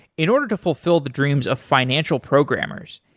in order to fulfill the dreams of financial programmers,